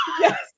Yes